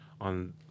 on